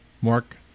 Mark